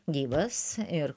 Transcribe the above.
gyvas ir